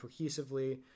cohesively